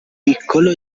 piccolo